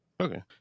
okay